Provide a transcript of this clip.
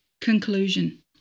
Conclusion